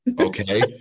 Okay